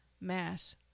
mass